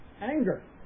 anger